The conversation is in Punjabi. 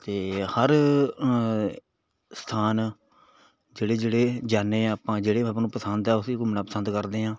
ਅਤੇ ਹਰ ਸਥਾਨ ਜਿਹੜੇ ਜਿਹੜੇ ਜਾਂਦੇ ਹਾਂ ਆਪਾਂ ਜਿਹੜੇ ਆਪਾਂ ਨੂੰ ਪਸੰਦ ਆ ਉੱਥੇ ਘੁੰਮਣਾ ਪਸੰਦ ਕਰਦੇ ਹਾਂ